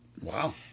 Wow